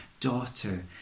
daughter